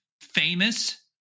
famous